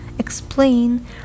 explain